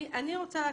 מאוד אקצר.